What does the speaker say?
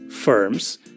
Firms